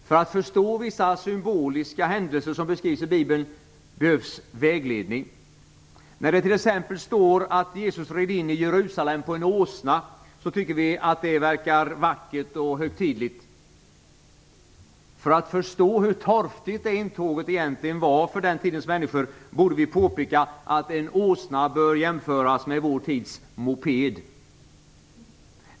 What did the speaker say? För att förstå vissa symboliska händelser som beskrivs i Bibeln behövs vägledning. När det t.ex. står att Jesus red in i Jerusalem på en åsna tycker vi att det verkar vackert och högtidligt. För att förstå hur torftigt det intåget egentligen var för den tidens människor borde vi påpeka att en åsna bör jämföras med vår tids moped.